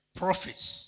prophets